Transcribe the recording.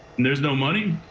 there's no money,